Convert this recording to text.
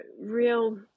real